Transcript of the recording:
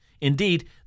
Indeed